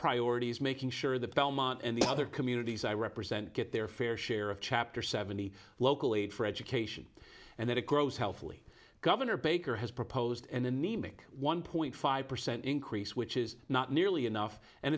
priority is making sure the belmont and the other communities i represent get their fair share of chapter seventy local aid for education and that it grows healthily governor baker has proposed an anemic one point five percent increase which is not nearly enough and